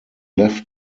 left